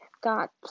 got